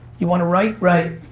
you wanna write? write.